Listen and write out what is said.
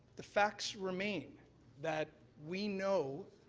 the facts remain that we know